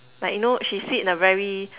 like you know she sit in a very